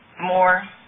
more